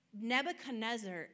Nebuchadnezzar